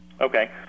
Okay